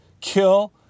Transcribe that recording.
kill